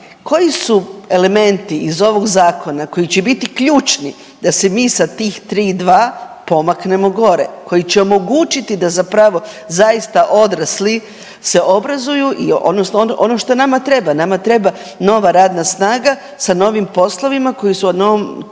Koji su elementi iz ovog zakona koji će biti ključni da se mi sa tih 3,2 pomaknemo gore, koji će omogućiti da zapravo zaista odrasli se obrazuju i odnosno ono što nama treba, nama treba nova radna snaga sa novim poslovima koji se u ovom trenutku